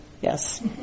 yes